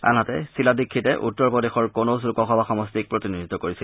আনহাতে শীলা দীক্ষিতে উত্তৰ প্ৰদেশত কনৌজ লোকসভা সমষ্টিক প্ৰতিনিধিত্ব কৰিছিল